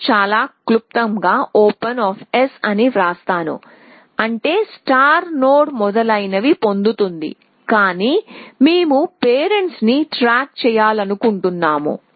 నేను చాలా క్లుప్తంగా OPEN← అని వ్రాస్తాను అంటేస్టార్ట్ నోడ్ మొదలైనవి పొందుతుందికాని మేము పేరెంట్స్ ని ట్రాక్ చేయాలనుకుంటున్నాము